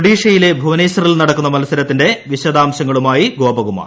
ഒഡീഷയിലെ ഭുവനേശ്വറിൽ നടക്കുന്ന മൽസരത്തിന്റെ വിശദാംശങ്ങളുമായി ഗോപകുമാർ